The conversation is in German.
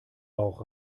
bauch